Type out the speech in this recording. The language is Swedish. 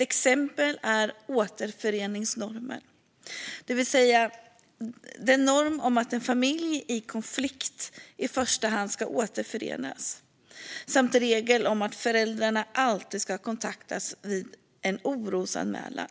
Exempel på det är återföreningsnormen, det vill säga normen om att en familj i konflikt i första hand ska återförenas, samt regeln om att föräldrarna alltid ska kontaktas vid en orosanmälan.